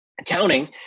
accounting